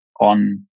on